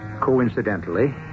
coincidentally